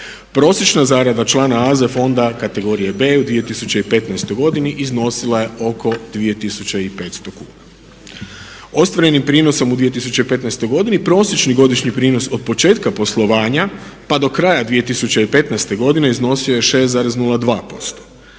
Prosječna zarada člana AZ fonda kategorije B u 2015.godini iznosila je oko 2500 kuna. Ostvarenim prinosom u 2015. godini prosječni godišnji prinos od početka poslovanja pa do kraja 2015.godine iznosio je 6,02%